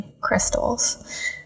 crystals